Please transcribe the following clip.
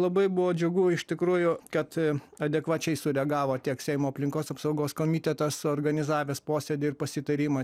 labai buvo džiugu iš tikrųjų kad adekvačiai sureagavo tiek seimo aplinkos apsaugos komitetas suorganizavęs posėdį ir pasitarimą